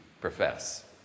profess